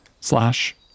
slash